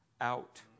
out